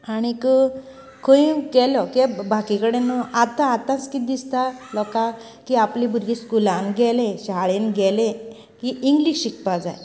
आणीक खंय गेलो बाकी कडेन आतां आताच कितें दिसता लोकांक की आपली भुरगीं स्कुलान गेले की शाळेन गेले की इंग्लिश शिकपाक जाय